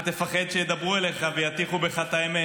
ותפחד שידברו אליך ויטיחו בך את האמת?